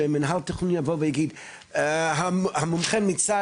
שמנהל התכנון יבוא ויגיד "המומחה מצד